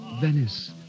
Venice